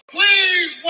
please